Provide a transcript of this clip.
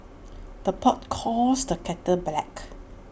the pot calls the kettle black